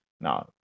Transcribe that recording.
Now